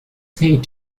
said